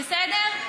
בסדר?